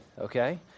okay